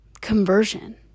conversion